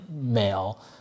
male